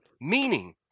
meaning